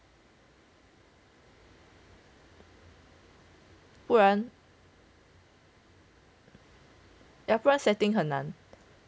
不然 ya 不然 setting 很难